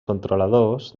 controladors